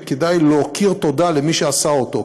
וכדאי להכיר תודה למי שעשה אותו,